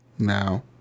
now